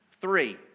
Three